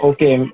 Okay